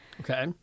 Okay